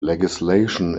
legislation